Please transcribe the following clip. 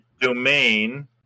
domain